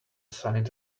sigh